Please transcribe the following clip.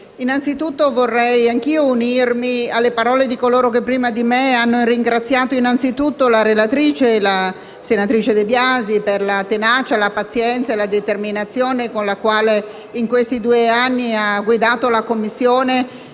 e colleghi, vorrei anche io unirmi alle parole di coloro che, prima di me, hanno ringraziato innanzitutto la relatrice, senatrice De Biasi, per la tenacia, la pazienza e la determinazione con la quale in questi due anni ha guidato la Commissione